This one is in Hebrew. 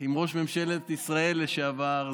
עם ראש ממשלת ישראל לשעבר,